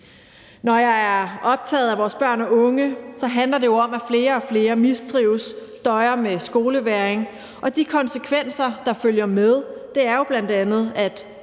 Når jeg er optaget af vores børn og unge, handler det om, at flere og flere mistrives, døjer med skolevægring, og de konsekvenser, der følger med, er jo bl.a., at